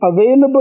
available